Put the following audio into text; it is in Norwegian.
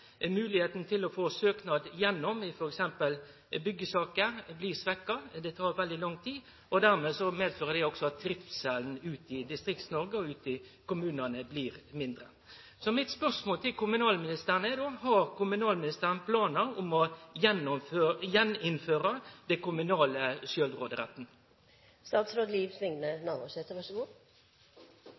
til å få søknader igjennom, f.eks. i byggjesaker, blir svekt – det tek veldig lang tid. Dette medfører at trivselen i Distrikts-Noreg og ute i kommunane blir mindre. Så mitt spørsmål til kommunalministeren er: Har kommunalministeren planar om på nytt å gjeninnføre den kommunale sjølvråderetten? Heldigvis er det kommunale